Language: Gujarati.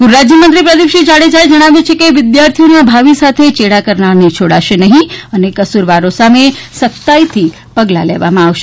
ગૃહ રાજ્યમંત્રી પ્રદિપસિંહ જાડેજાએ જણાવ્યું છે કે વિદ્યાર્થીઓ ના ભાવિ સાથે ચેડા કરનારને છોડાશે નહી અને કસૂરવારો સામે સખતાઇથી પગલા લેવામાં આવશે